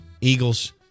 Eagles